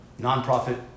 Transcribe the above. nonprofit